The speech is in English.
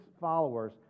followers